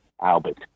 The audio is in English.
Albert